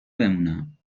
بمونم